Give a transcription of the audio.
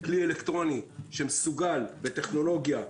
כלי אלקטרוני שמסוגל בטכנולוגיה,